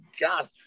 God